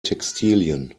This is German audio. textilien